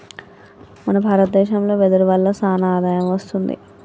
మన భారత దేశంలో వెదురు వల్ల సానా ఆదాయం వస్తుంది